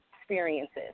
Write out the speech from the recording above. experiences